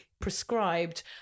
prescribed